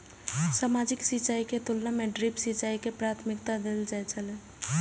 सामान्य सिंचाई के तुलना में ड्रिप सिंचाई के प्राथमिकता देल जाय छला